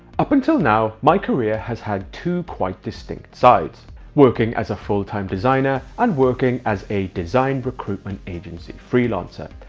up until now, my career has had two quite distinct sides working as a full time designer and working as a design recruitment agency freelancer.